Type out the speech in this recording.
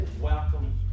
welcome